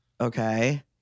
okay